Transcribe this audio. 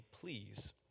please